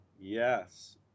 Yes